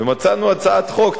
ומצאנו הצעת חוק.